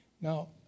Now